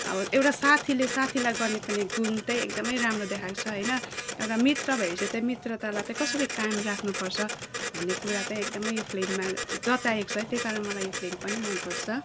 अब एउटा साथीले साथीलाई गर्नुपर्ने गुण चाहिँ एकदमै राम्रो देखाएको छ होइन एउटा मित्र भएपछि चाहिँ एउटा मित्रतालाई चाहिँ कसरी कायम राख्नुपर्छ भन्ने कुरा चाहिँ एकदमै यो फिल्ममा जताएको छ त्यही कारण मलाई यो फिल्म पनि मनपर्छ